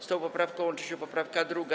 Z tą poprawką łączy się poprawka 2.